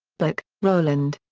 buerk, roland.